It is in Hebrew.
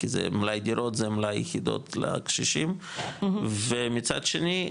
כי זה מלאי דירות זה המלאי יחידות לקשישים ומצד שני,